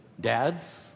dads